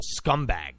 scumbag